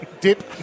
dip